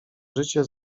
życie